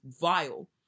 vile